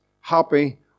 happy